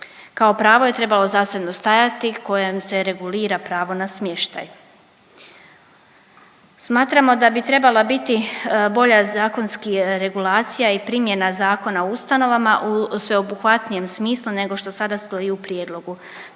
Kao pravo je trebalo zasebno stajati kojim se regulira pravo na smještaj. Smatramo da bi trebala biti bolja zakonski regulacija i primjena Zakona o ustanovama u sveobuhvatnijem smislu nego što sada stoji u prijedlogu